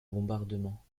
bombardements